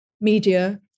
media